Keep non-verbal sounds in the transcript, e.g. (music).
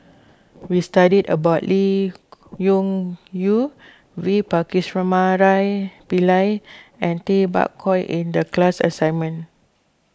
we studied about Lee Yong Yew V (unintelligible) Pillai and Tay Bak Koi in the class assignment